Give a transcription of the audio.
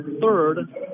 third